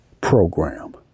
program